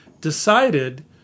decided